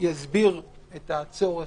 יסבירו את הצורך,